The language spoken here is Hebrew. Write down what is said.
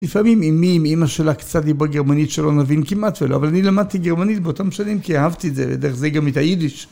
לפעמים אימי עם אימא שלה קצת דיברה גרמנית שלא נבין, כמעט ולא, אבל אני למדתי גרמנית באותם שנים כי אהבתי את זה, דרך זה גם את היידיש.